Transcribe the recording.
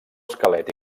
esquelet